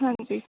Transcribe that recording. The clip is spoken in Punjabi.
ਹਾਂਜੀ